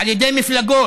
על ידי מפלגות.